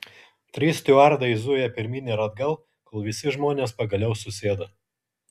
trys stiuardai zuja pirmyn ir atgal kol visi žmonės pagaliau susėda